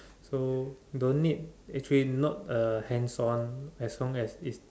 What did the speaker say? so don't need actually not uh hands on as long as it's